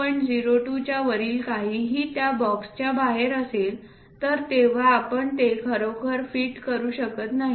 02 च्या वरील काहीही त्या बॉक्सच्या बाहेर असेल तर तेव्हा आपण ते खरोखर फिट करू शकत नाही